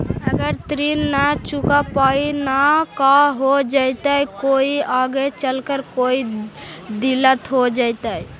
अगर ऋण न चुका पाई न का हो जयती, कोई आगे चलकर कोई दिलत हो जयती?